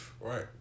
Right